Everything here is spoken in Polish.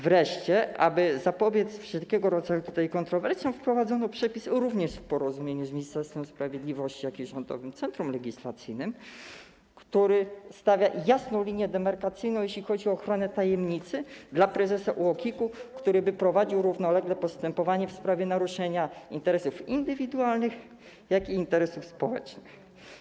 Wreszcie, aby zapobiec wszelkiego rodzaju kontrowersjom, wprowadzono przepis również w porozumieniu zarówno z Ministerstwem Sprawiedliwości, jak i Rządowym Centrum Legislacji, który stawia jasną linię demarkacyjną, jeśli chodzi o ochronę tajemnicy dla prezesa UOKiK-u, który by prowadził równolegle postępowanie w sprawie naruszenia interesów indywidualnych i interesów społecznych.